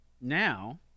now